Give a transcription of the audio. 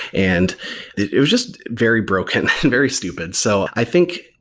and it was just very broken and very stupid. so i think,